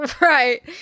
Right